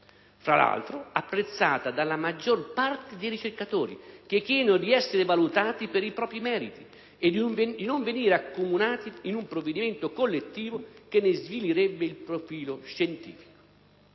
fra l'altro apprezzata dalla maggior parte dei ricercatori, che chiedono di essere valutati per i propri meriti e di non venire accomunati in un provvedimento collettivo che ne svilirebbe il profilo scientifico.